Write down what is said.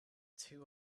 two